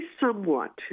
somewhat